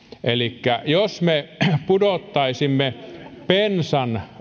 elikkä jos me pudotamme bensan